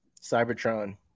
Cybertron